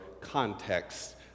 context